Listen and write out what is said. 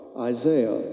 Isaiah